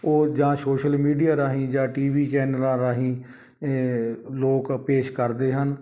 ਉਹ ਜਾਂ social media ਰਾਹੀਂ ਜਾਂ ਟੀ ਵੀ ਚੈਨਲਾਂ ਰਾਹੀਂ ਲੋਕ ਪੇਸ਼ ਕਰਦੇ ਹਨ